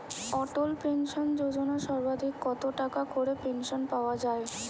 অটল pension Yojana সর্বাধিক কত টাকা করে পেনশন পাওয়া যায়?